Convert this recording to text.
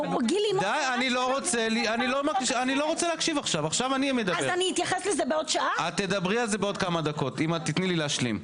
אני עכשיו בסבב ח"כים, תדברו כמה שאתם רוצים.